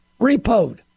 repoed